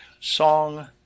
Song